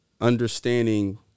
understanding